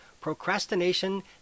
Procrastination